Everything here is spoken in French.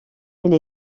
elle